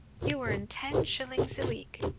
you earn ten shillings a week.